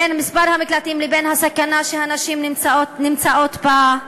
בין מספר המקלטים לבין הסכנה שהנשים נמצאות בה.